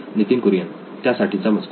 नितीन कुरियन त्यासाठीचा मजकूर